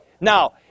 now